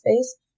space